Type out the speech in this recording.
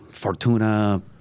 Fortuna